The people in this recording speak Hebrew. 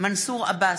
מנסור עבאס,